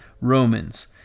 Romans